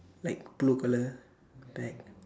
like blue color like